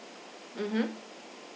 mmhmm